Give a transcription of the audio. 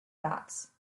dots